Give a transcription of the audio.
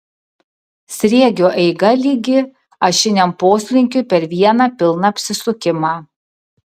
sriegio eiga lygi ašiniam poslinkiui per vieną pilną apsisukimą